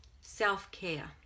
self-care